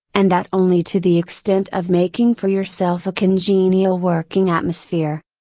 and that only to the extent of making for yourself a congenial working atmosphere.